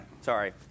Sorry